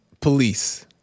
police